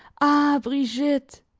ah! brigitte,